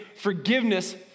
forgiveness